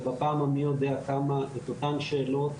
ובפעם המי יודע כמה את אותן שאלות.